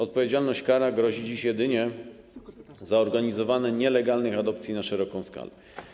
Odpowiedzialność karna grozi dziś jedynie za organizowanie nielegalnych adopcji na szeroką skalę.